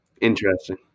Interesting